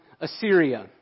Assyria